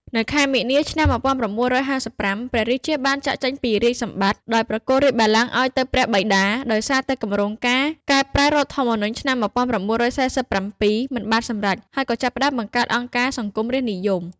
នៅខែមីនា ឆ្នាំ ១៩៥៥ ព្រះរាជាបានចាកចេញពីរាជសម្បត្តិ ដោយប្រគល់រាជបល្ល័ង្កឱ្យទៅព្រះបិតា ដោយសារតែគម្រោងការកែប្រែរដ្ឋធម្មនុញ្ញឆ្នាំ ១៩៤៧ មិនបានសម្រេច ហើយក៏ចាប់ផ្ដើមបង្កើតអង្គការសង្គមរាស្ត្រនិយម។